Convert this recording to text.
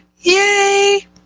Yay